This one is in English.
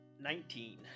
Nineteen